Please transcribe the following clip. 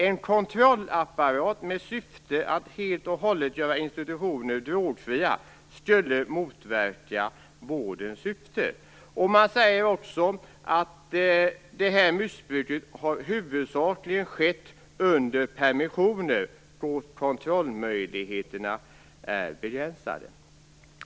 En kontrollapparat med syfte att helt och hållet göra institutioner drogfria skulle motverka vårdens syfte. Man säger också att det här missbruket huvudsakligen har skett under permissioner, då kontrollmöjligheterna är begränsade.